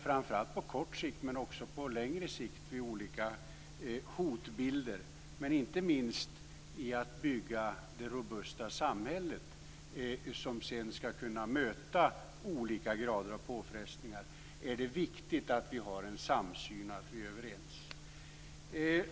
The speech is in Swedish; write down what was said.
Framför allt på kort sikt men också på längre sikt och vid olika hotbilder, men inte minst när det gäller att bygga det robusta samhälle som sedan skall kunna möta olika grader av påfrestningar, är det viktigt att vi har en samsyn och att vi är överens.